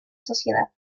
sociedad